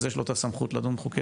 אז יש לו את הסמכות לדון בחוקי-יסוד,